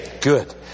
Good